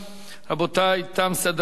רבותי, תם סדר-היום.